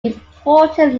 important